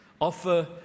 offer